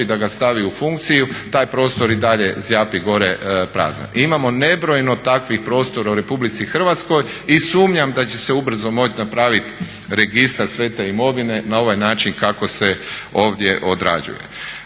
da ga stavi u funkciju taj prostor i dalje zjapi gore prazan. I imao nebrojeno takvih prostora u RH i sumnjam da će se ubrzo moći napraviti registar sve te imovine na ovaj način kako se ovdje odrađuje.